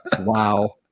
Wow